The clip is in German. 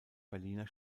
berliner